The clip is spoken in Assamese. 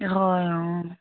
হয় অঁ